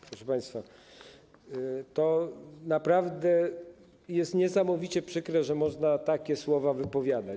Proszę państwa, to naprawdę jest niesamowicie przykre, że można takie słowa wypowiadać.